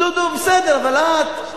דודו בסדר, אבל את?